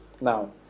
Now